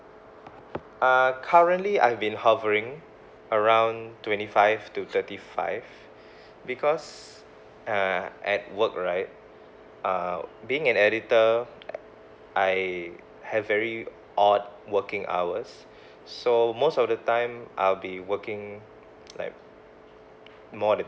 uh currently I've been hovering around twenty five to thirty five because uh at work right uh being an editor I have very odd working hours so most of the time I'll be working like more than